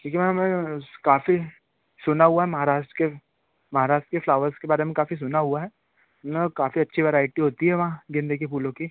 क्योंकि मैम काफ़ी सुना हुआ है महाराष्ट्र के महाराष्ट्र के फ़्लावर्स के बारे में काफ़ी सुना हुआ है ना काफ़ी अच्छी वेराइटी वेराइटी होती है वहाँ गेंदे के फूलों की